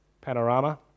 panorama